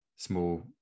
small